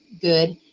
good